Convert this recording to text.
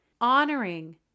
Honoring